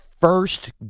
first